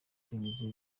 icyongereza